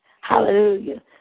Hallelujah